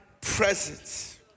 presence